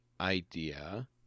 idea